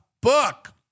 book